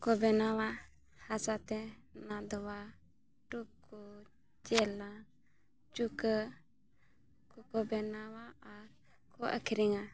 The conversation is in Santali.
ᱠᱚ ᱵᱮᱱᱟᱣᱟ ᱦᱟᱥᱟ ᱛᱮ ᱱᱟᱫᱚᱣᱟ ᱴᱩᱠᱩᱡ ᱪᱮᱞᱟᱝ ᱪᱩᱠᱟᱹᱜ ᱠᱚᱠᱚ ᱵᱮᱱᱟᱣᱟ ᱟᱨ ᱠᱚ ᱟᱹᱠᱷᱨᱤᱧᱟ